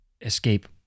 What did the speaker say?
escape